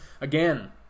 again